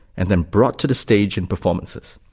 and then brought to the stage in performances.